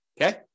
okay